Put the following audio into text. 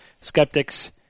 Skeptics